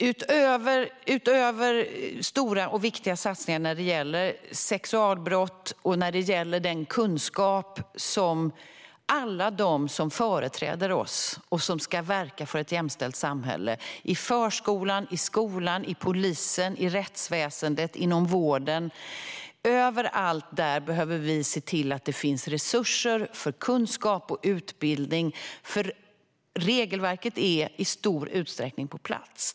Utöver stora och viktiga satsningar när det gäller sexualbrott och när det gäller den kunskap som måste finnas hos dem som företräder oss och ska verka för ett jämställt samhälle - i förskolan, i skolan, hos polisen, i rättsväsendet och inom vården - måste vi se till att det finns resurser för kunskap och utbildning. Regelverket är i stor utsträckning på plats.